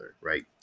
right